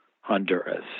Honduras